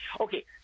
okay